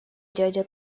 дядя